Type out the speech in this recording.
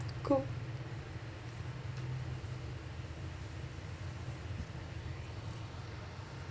cool